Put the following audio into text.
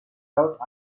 out